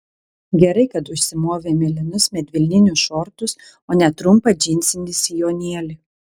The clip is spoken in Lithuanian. gerai kad užsimovė mėlynus medvilninius šortus o ne trumpą džinsinį sijonėlį